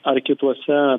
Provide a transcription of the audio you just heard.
ar kituose